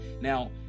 Now